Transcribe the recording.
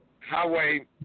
Highway